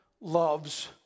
loves